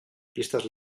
pistes